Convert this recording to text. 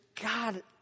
God